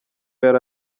yari